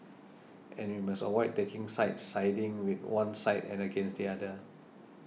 and we must avoid taking sides siding with one side and against the other